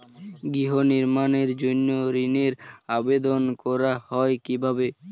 গৃহ নির্মাণের জন্য ঋণের আবেদন করা হয় কিভাবে?